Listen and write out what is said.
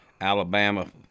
Alabama